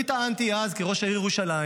אני טענתי אז, כראש העיר ירושלים,